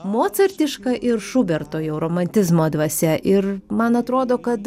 motartiška ir šuberto jau romantizmo dvasia ir man atrodo kad